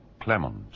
clement